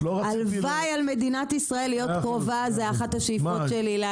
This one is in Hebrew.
הלוואי על מדינת ישראל להיות קרובה לכך; זוהי אחת השאיפות שלי.